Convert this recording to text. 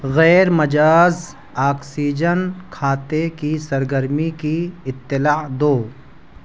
غیرمجاز oxygen کھاتے کی سرگرمی کی اطلاع دو